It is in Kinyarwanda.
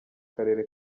karere